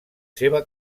seva